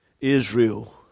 Israel